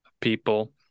people